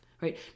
right